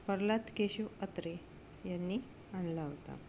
प्रल्हाद केशव अत्रे यांनी आणला होता